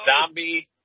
Zombie